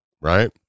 right